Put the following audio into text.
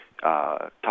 talk